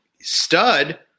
stud